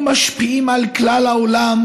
ומשפיעים על כל העולם.